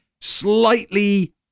Slightly